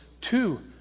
two